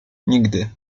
nigdy